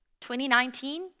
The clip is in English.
2019